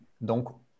Donc